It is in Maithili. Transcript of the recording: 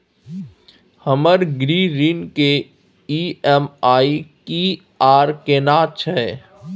हमर गृह ऋण के ई.एम.आई की आर केना छै?